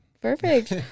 Perfect